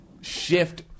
shift